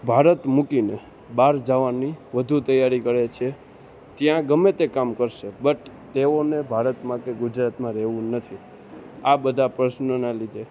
ભારત મૂકીને બહાર જવાની વધુ તૈયારી કરે છે ત્યાં ગમે તે કામ કરશે બટ તેઓને ભારતમાં કે ગુજરાતમાં રહેવું નથી આ બધા પ્રશ્નોના લીધે